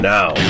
Now